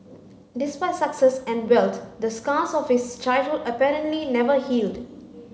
despite success and wealth the scars of his childhood apparently never healed